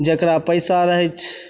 जेकरा पैसा रहैत छै